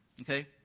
okay